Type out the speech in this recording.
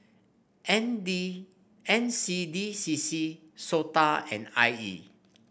N D N C D C C SOTA and I E